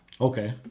Okay